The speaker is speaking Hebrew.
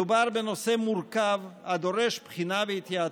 מדובר בנושא מורכב הדורש בחינה והתייעצות,